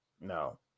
No